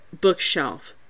bookshelf